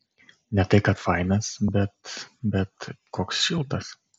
ne tai kad fainas bet bet koks šiltas